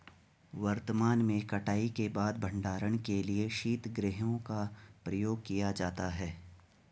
वर्तमान में कटाई के बाद भंडारण के लिए शीतगृहों का प्रयोग किया जाता है